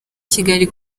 kigali